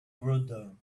rodin